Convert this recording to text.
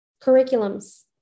curriculums